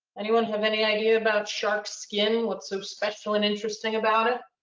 anyone have any idea about sharkskin? what's so special and interesting about it?